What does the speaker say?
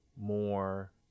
more